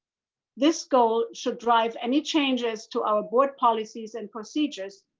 this goal should drive any changes to our board policies and procedures,